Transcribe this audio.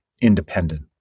independent